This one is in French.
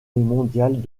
mondiales